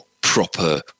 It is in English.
proper